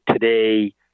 today